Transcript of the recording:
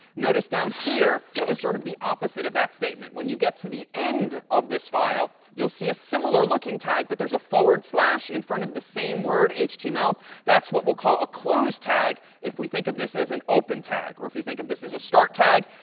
notice down here is sort of the opposite of that statement. when you get to the end of this file, you'll see a similar-looking tag, but there's a forward slash and front of the same word, html. that's what we'll call a close tag if we think of this as an open tag. or if you think of this as a start tag,